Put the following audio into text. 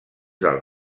del